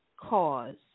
cause